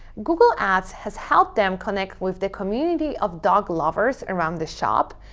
google ads has helped them connect with the community of dog lovers around the shop,